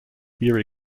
weary